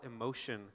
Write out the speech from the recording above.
emotion